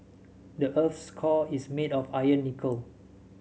the earth's core is made of iron and nickel